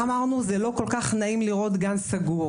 כלשון הפזמון - זה לא כל כך נעים לראות גן סגור.